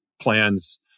plans